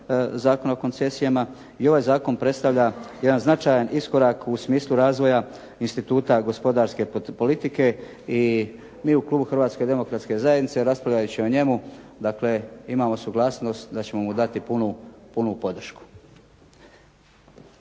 Zakona o koncesijama i ovaj zakon predstavlja jedan značajan iskorak u smislu razvoja instituta gospodarske politike i mi u klubu Hrvatske demokratske zajednice raspravljat ćemo o njemu. Dakle, imamo suglasnost da ćemo mu dati punu podršku.